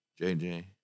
jj